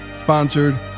sponsored